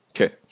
Okay